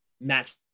Matt